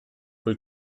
quel